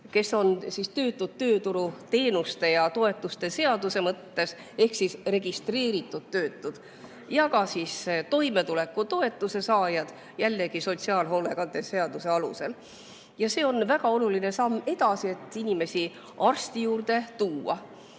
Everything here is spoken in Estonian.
kes on töötud tööturuteenuste ja ‑toetuste seaduse mõttes ehk registreeritud töötud, ning ka toimetulekutoetuse saajad, jällegi sotsiaalhoolekande seaduse alusel. See on väga oluline samm edasi, et inimesi arsti juurde tuua.